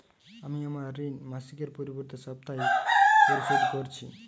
আমি আমার ঋণ মাসিকের পরিবর্তে সাপ্তাহিক পরিশোধ করছি